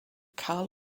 karl